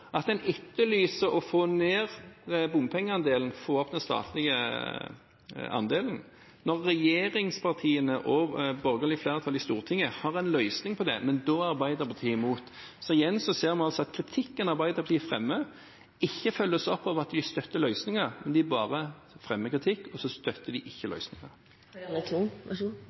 at en etterlyser å få ned bompengeandelen og få opp den statlige andelen, når regjeringspartiene og det borgerlige flertallet i Stortinget har en løsning på det, men da er Arbeiderpartiet imot. Igjen ser vi at kritikken Arbeiderpartiet fremmer, ikke følges opp av at de støtter løsninger. De bare fremmer kritikk, og så støtter de ikke